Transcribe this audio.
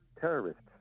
terrorists